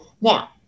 Now